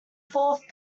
fourth